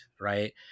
right